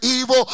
evil